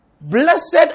Blessed